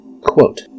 quote